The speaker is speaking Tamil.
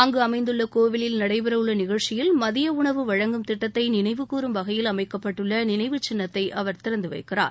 அங்கு அமைந்துள்ள கோவிலில் நடைபெற உள்ள நிகழ்ச்சியில் மதிய உணவு வழங்கும் திட்டத்தை நினைவுகூறும் வகையில் அமைக்கப்பட்டுள்ள நினைவு சின்னத்தை அவர் திறந்து வைக்கிறார்